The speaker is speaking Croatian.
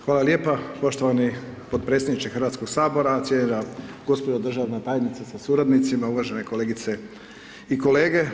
Hvala lijepa poštovani potpredsjedniče Hrvatskoga sabora, cijenjena gospođo državna tajnice sa suradnicima, uvažene kolegice i kolege.